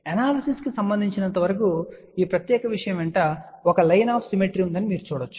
analysis కు సంబంధించినంతవరకు ఈ ప్రత్యేకమైన విషయం వెంట ఒక లైన్ ఆఫ్ సిమెట్రీ ఉందని మీరు చూడవచ్చు